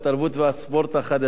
חברת הכנסת עינת וילף.